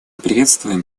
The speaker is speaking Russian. приветствуем